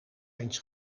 eens